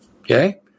okay